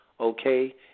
Okay